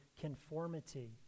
conformity